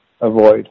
avoid